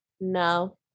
No